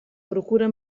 procura